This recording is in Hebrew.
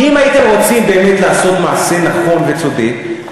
כי אם הייתם רוצים באמת לעשות מעשה נכון וצודק,